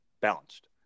balanced